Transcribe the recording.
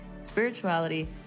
spirituality